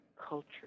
culture